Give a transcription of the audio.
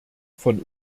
von